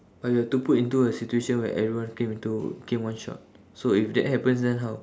but you have to put into a situation where everyone came into came one shot so if that happens then how